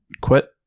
quit